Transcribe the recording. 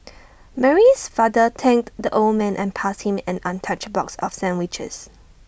Mary's father thanked the old man and passed him an untouched box of sandwiches